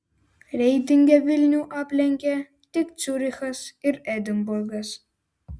reitinge vilnių aplenkė tik ciurichas ir edinburgas